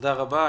תודה רבה.